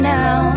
now